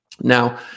Now